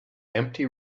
empty